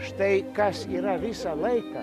štai kas yra visą laiką